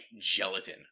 gelatin